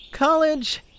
College